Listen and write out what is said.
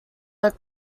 are